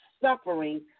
suffering